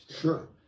Sure